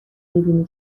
میبینی